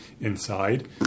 inside